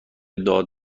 داد